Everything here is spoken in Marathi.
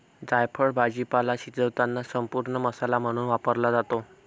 जायफळ भाजीपाला शिजवताना संपूर्ण मसाला म्हणून वापरला जातो